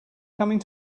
coming